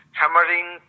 hammering